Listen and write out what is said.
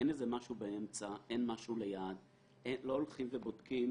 אין משהו באמצע, אין משהו ליד, לא בודקים